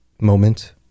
moment